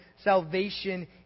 salvation